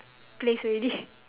place already